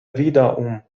wiederum